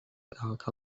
talk